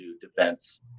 defense